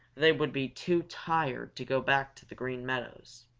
they would be too tired to go back to the green meadows.